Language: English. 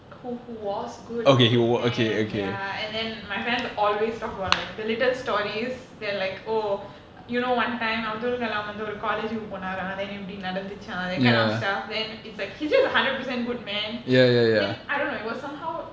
who who was good ya and then my friends always talk about like the little stories that like oh you know one time அப்துல்கலாம்வந்துஒரு:abdul kalam vandhu oru college போனாராம்அப்றம்இப்டிநடந்துச்சாம்:ponaaram apram ipdi nadanthucham that kind of stuff then it's like he's just a one hundred percent good man then I don't know it was somehow